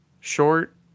short